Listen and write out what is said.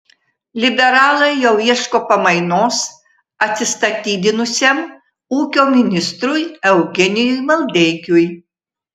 liberalai jau ieško pamainos atsistatydinusiam ūkio ministrui eugenijui maldeikiui